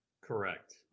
Correct